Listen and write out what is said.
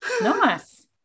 nice